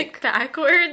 backwards